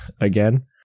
again